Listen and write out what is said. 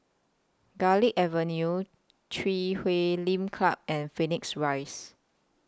Garlick Avenue Chui Huay Lim Club and Phoenix Rise